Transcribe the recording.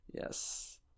Yes